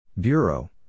Bureau